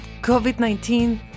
COVID-19